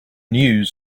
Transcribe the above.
news